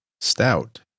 stout